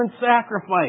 sacrifice